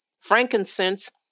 Frankincense